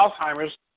Alzheimer's